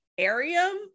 Arium